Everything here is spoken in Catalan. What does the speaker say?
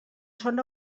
són